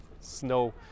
snow